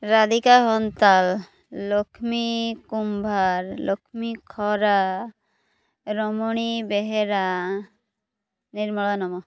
ରାଧିକା ହନ୍ତାଲ ଲକ୍ଷ୍ମୀ କୁମ୍ଭାର ଲକ୍ଷ୍ମୀ ଖରା ରମଣି ବେହେରା ନିର୍ମଳା ନମ